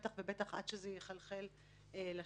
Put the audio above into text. בטח ובטח עד שזה יחלחל לשטח.